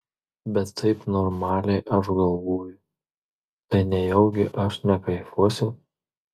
bet taip normaliai aš galvoju tai nejaugi aš nekaifuosiu